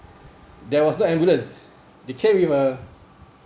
there was no ambulance they came with a